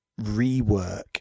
rework